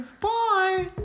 Bye